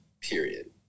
period